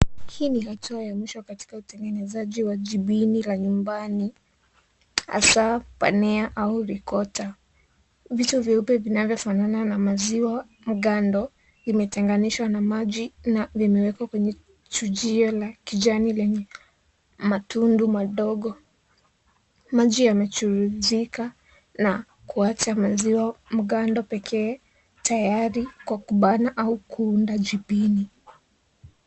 Hii ni hatua ya mwisho katika utengenezaji wa jibini la nyumbani hasa pania au rikota. Vitu vidogo vinavyofanana na maziwa mgando vimetenganishwa na maji na vimewekwa kwenye chujio la kijani lenye matundu madogo. Maji yamechuruzika na kuacha maziwa mgando peke tayari kwa kubana au kuunda jibini.